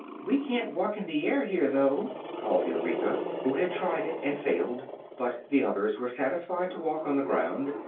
we can't walk in the air here, though, called eureka, who had tried it and failed but the others were satisfied to walk on the ground,